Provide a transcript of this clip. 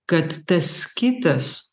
kad tas kitas